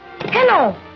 Hello